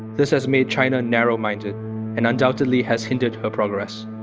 this has made china narrow-minded and undoubtedly has hindered her progress